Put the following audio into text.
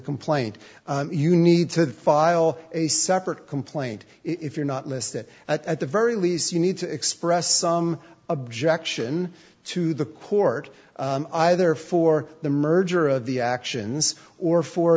complaint you need to file a separate complaint if you're not listed at the very least you need to express some objection to the court either for the merger of the actions or for